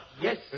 Yes